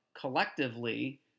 collectively